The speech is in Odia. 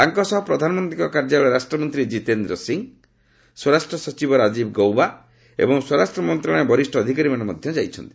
ତାଙ୍କ ସହ ପ୍ରଧାନମନ୍ତ୍ରୀଙ୍କ କାର୍ଯ୍ୟାଳୟ ରାଷ୍ଟ୍ରମନ୍ତ୍ରୀ କିତେନ୍ଦ୍ର ସିଂ ସ୍ୱରାଷ୍ଟ ସଚିବ ରାଜିବ ଗୌବା ଏବଂ ସ୍ୱରାଷ୍ଟ୍ର ମନ୍ତ୍ରଣାଳୟର ବରିଷ୍ଠ ଅଧିକାରୀମାନେ ମଧ୍ୟ ଯାଇଛନ୍ତି